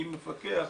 מי מפקח,